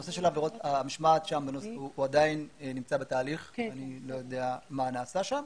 הנושא של עבירות המשמעת שם הוא עדיין בתהליך ואני לא יודע מה נעשה שם.